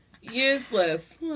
Useless